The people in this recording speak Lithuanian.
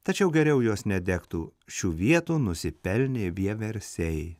tačiau geriau jos nedegtų šių vietų nusipelnė vieversiai